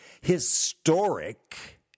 historic